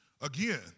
Again